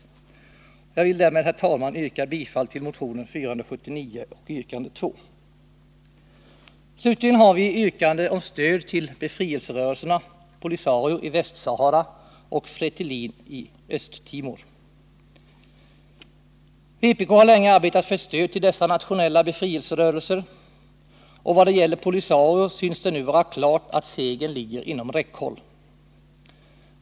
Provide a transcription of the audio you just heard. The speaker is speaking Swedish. Tisdagen den Jag vill därmed, herr talman, yrka bifall till motion 479 yrkande 2. 29 april 1980 Slutligen har vi yrkandet om stöd till befrielserörelserna, POLISARIO i Västsahara och FRETILIN i Östtimor. Vpk har länge arbetat för ett stöd till dessa nationella befrielserörelser. Vad det gäller POLISARIO synes det nu vara klart att segern ligger inom räckhåll.